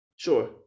sure